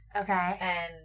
Okay